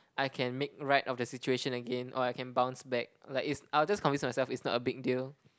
I can make right of the situation again or I can bounce back like is I'll just convince myself it's not a big deal